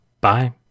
Bye